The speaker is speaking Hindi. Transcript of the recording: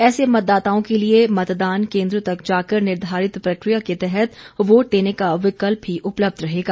ऐसे मतदाताओं के लिए मतदान केंद्र तक जाकर निर्धारित प्रक्रिया के तहत वोट देने का विकल्प भी उपलब्ध रहेगा